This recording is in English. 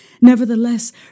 nevertheless